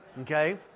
Okay